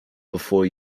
before